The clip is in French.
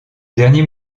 dernier